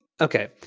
Okay